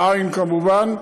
בעי"ן, כמובן,